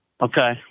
Okay